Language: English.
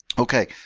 okay,